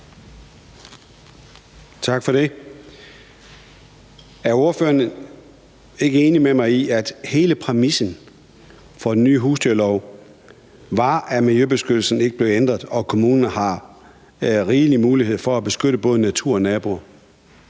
Tak for det. Er ordføreren ikke enig med mig i, at hele præmissen for den nye husdyrlov var, at miljøbeskyttelsen ikke blev ændret, og at kommunerne har rigelig mulighed for at beskytte både natur og naboer?